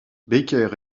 baker